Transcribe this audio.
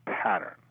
pattern